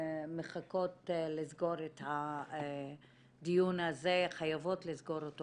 מחכות לסגור את הדיון הזה, חייבות לסגור אותו